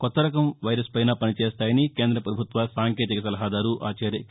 కొత్త రకం వైరస్ పైనా పనిచేస్తాయని కేంద్ర ప్రభుత్వ సాంకేతిక సలహాదారు ఆచార్య కె